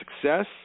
success